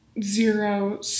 zero